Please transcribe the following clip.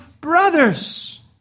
brothers